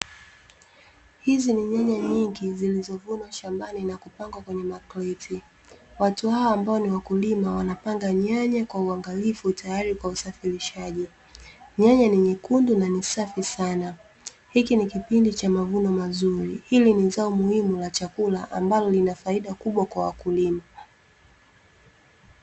Hizi ni nyanya nyingi zilizovunwa shambani na kupangwa kwenye makreti, watu hawa ambao ni wakulima, wanapanga nyanya kwa uangalifu tayari kwa usafirishaji, nyanya ni nyekundu na ni safi sana, hiki ni kipindi cha mavuno mazuri. Hili ni zao muhimu la chakula ambalo lina faida kubwa kwa wakulima.